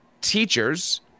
teachers